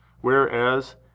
whereas